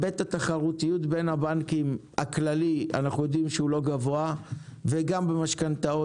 היבט התחרותיות בין הבנקים הכללי אנו יודעים שאינו גבוה וגם במשכנתאות